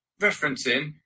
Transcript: referencing